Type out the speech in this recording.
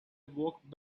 walked